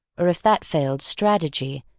or if that failed, strategy,